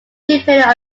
depending